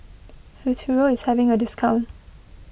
Futuro is having a discount